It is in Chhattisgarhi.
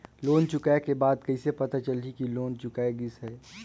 लोन चुकाय के बाद कइसे पता चलही कि लोन चुकाय गिस है?